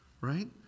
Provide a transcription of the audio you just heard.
right